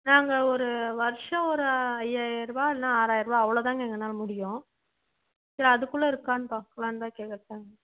நாங்கள் ஒரு வருஷம் ஒரு ஐயாயிருபா இல்லன்னா ஆறாயிருபா அவ்ளோதாங்க எங்கன்னால முடியும் சரி அதுக்குள்ள இருக்கான்னு பார்க்கலான்தான் கேட்குறோம்